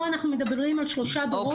פה אנחנו מדברים על שלושה דורות.